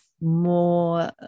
more